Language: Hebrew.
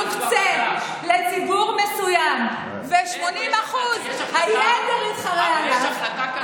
אם 20% יוקצו לציבור מסוים ו-80% היתר יתחרו עליהם,